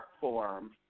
form